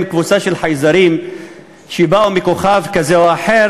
הם קבוצה של חייזרים שבאו מכוכב כזה או אחר